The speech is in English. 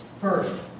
First